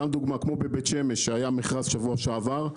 לדוגמה, בבית שמש היה מכרז בשבוע שעבר.